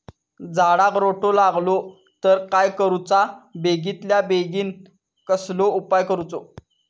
झाडाक रोटो लागलो तर काय करुचा बेगितल्या बेगीन कसलो उपाय करूचो?